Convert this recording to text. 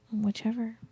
Whichever